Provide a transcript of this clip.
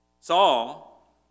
Saul